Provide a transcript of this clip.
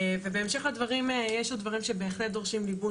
ובהמשך לדברים, יש עוד דברים שבהחלט דורשים ליבון